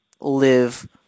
live